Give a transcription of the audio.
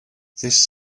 this